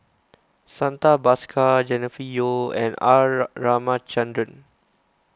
Santha Bhaskar Jennifer Yeo and R Ramachandran